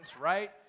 right